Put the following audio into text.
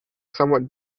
somewhat